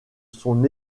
son